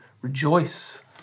rejoice